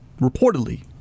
reportedly